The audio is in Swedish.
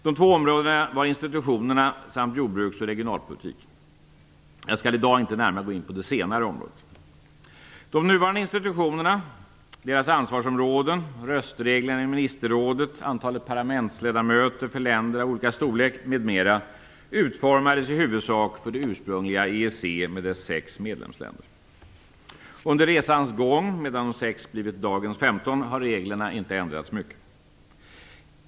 De två områdena var institutionerna samt jordbruksoch regionalpolitiken. Jag skall i dag inte närmare gå in på det senare området. De nuvarande institutionerna, deras ansvarsområden, röstreglerna i ministerrådet, antalet parlamentsledamöter för länder av olika storlek, m.m. utformades i huvudsak för det ursprungliga EEC och dess sex medlemsländer. Under resans gång, medan de sex har blivit dagens 15, har reglerna inte ändrats mycket.